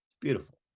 Beautiful